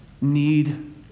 need